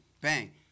Bang